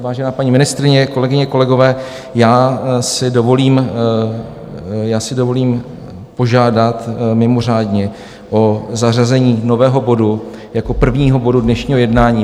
Vážená paní ministryně, kolegyně, kolegové, dovolím si požádat mimořádně o zařazení nového bodu jako prvního bodu dnešního jednání.